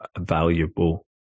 valuable